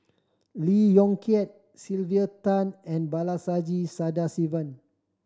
Lee Yong Kiat Sylvia Tan and Sadasivan